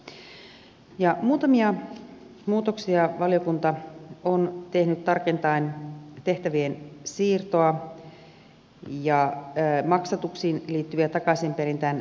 muutamia muutoksia valiokunta on tehnyt tarkentaen tehtävien siirtoa maksatuksia ja tee maksatuksiin liittyviä takaisinperintään